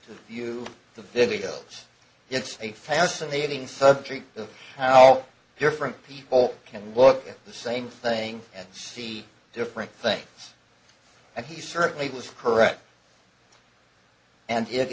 to view the video it's a fascinating subject of how different people can look at the same thing and see different things and he certainly was correct and it